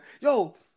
Yo